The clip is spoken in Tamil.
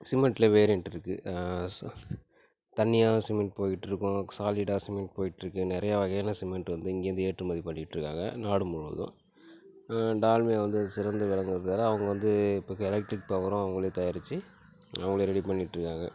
சிமெண்ட்லே வேரியன்ட் இருக்கு தண்ணியாக சிமெண்ட் போயிட்டுருக்கும் சாலிடாக சிமெண்ட் போயிட்டுருக்கு நிறையா வகையான சிமெண்ட் வந்து இங்கேந்து ஏற்றுமதி பண்ணிட்டுருக்காங்க நாடு முழுவதும் டால்மியா வந்து சிறந்து விளங்குறதால் அவங்க வந்து இப்போ எலெக்ட்ரிக் பவரும் அவங்களே தயாரிச்சி அவங்களே ரெடி பண்ணிட்டுருக்காங்க